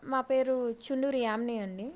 మా పేరు చుండూరి యామిని అండి